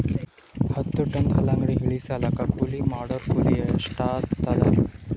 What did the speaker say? ಹತ್ತ ಟನ್ ಕಲ್ಲಂಗಡಿ ಇಳಿಸಲಾಕ ಕೂಲಿ ಮಾಡೊರ ಕೂಲಿ ಎಷ್ಟಾತಾದ?